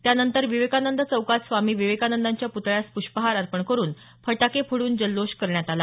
त्यानंतर विवेकानंद चौकात स्वामी विवेकानंदाच्या प्रतळ्यास प्रष्पहार अर्पण करुन फटाके फोडून जल्लोष करण्यात आला